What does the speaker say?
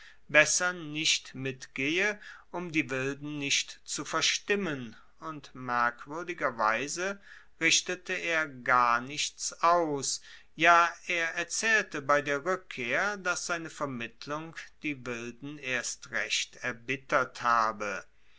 besser nicht mitgehe um die wilden nicht zu verstimmen und merkwuerdigerweise richtete er gar nichts aus ja er erzaehlte bei der rueckkehr dass seine vermittlung die wilden erst recht erbittert habe